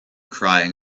crying